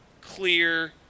clear